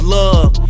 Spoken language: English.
love